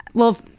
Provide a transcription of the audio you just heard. well,